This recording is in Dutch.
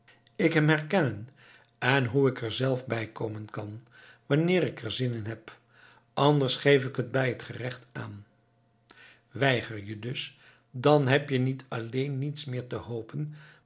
ik hem herkennen en hoe ik er zelf bij komen kan wanneer ik er zin in heb anders geef ik t bij t gerecht aan weiger je dus dan heb je niet alleen niets meer te hopen